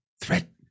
Threat